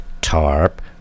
Tarp